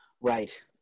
Right